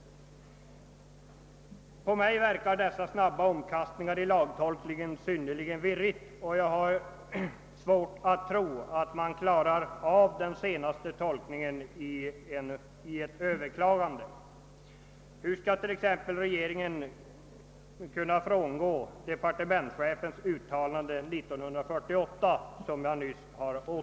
På mig gör dessa snabba omkastningar i lagtolkningen ett synnerligen förvirrande intryck, och jag har ytterst svårt att tro att man klarar av den senaste tolkningen vid ett överklagande. Hur skall t.ex. regeringen kunna frångå departementschefens uttalande år 1948, som jag nyss återgav?